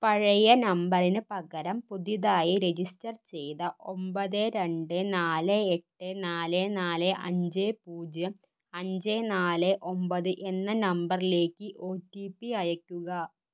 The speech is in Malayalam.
പഴയ നമ്പറിന് പകരം പുതിയതായി രജിസ്റ്റർ ചെയ്ത ഒമ്പത് രണ്ട് നാല് എട്ട് നാല് നാല് അഞ്ച് പൂജ്യം അഞ്ച് നാല് ഒമ്പത് എന്ന നമ്പറിലേക്ക് ഒ ടി പി അയയ്ക്കുക